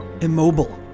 immobile